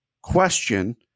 question